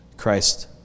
Christ